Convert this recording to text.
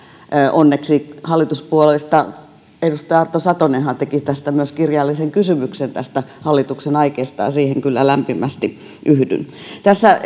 onneksi hallituspuolueista edustaja arto satonen teki kirjallisen kysymyksen tästä hallituksen aikeesta ja siihen kyllä lämpimästi yhdyn tässä